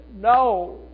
no